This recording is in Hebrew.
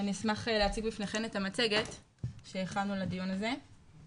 אני אשמח להציג בפניכן את המצגת שהכנו לדיון הזה.